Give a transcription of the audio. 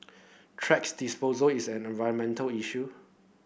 tracks disposal is an environmental issue